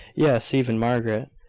yes, even margaret.